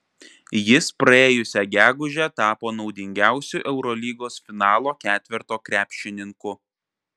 jis praėjusią gegužę tapo naudingiausiu eurolygos finalo ketverto krepšininku